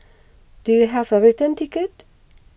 do you have a return ticket